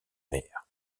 mer